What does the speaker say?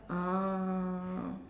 ah